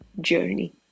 journey